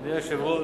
היושב-ראש,